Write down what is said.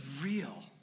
real